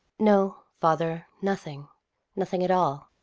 no, father, nothing nothing at all.